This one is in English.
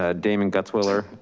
ah damon gutzwiller.